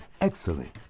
excellent